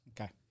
Okay